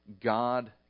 God